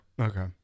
okay